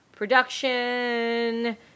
production